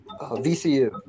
vcu